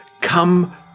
Come